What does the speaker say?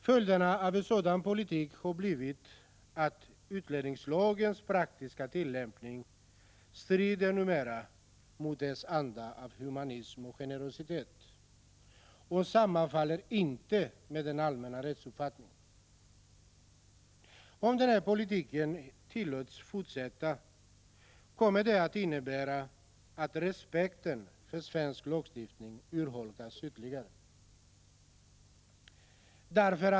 Följderna av en sådan politik har blivit att utlänningslagens praktiska tillämpning numera strider mot lagens anda av humanism och generositet och inte sammanfaller med den allmänna rättsuppfattningen. Om denna politik tillåts fortsätta, kommer det att innebära att respekten för svensk lagstiftning urholkas ytterligare.